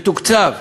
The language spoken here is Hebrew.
מתוקצב.